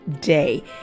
day